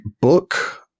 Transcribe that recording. book